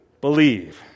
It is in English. believe